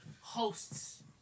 hosts